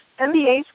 MBAs